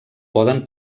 poden